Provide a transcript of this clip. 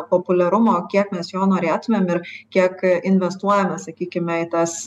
populiarumo kiek mes jo norėtumėm ir kiek investuojame sakykime į tas